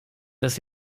das